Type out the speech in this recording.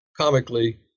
comically